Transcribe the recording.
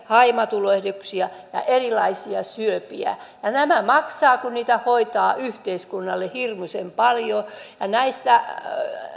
haimatulehduksia ja erilaisia syöpiä ja nämä maksavat kun niitä hoitaa yhteiskunnalle hirmuisen paljon näistä